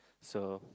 so